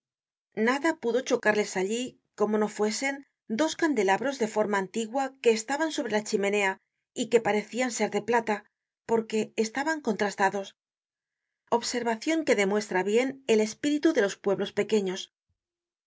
nada pudo chocarles allí como no fuesen dos candelabros de forma antigua que estaban sobre la chimenea y que parecian ser de plata porque estaban contrastados observacion que demuestra bien el espíritu de los pueblos pequeños